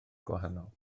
gwahanol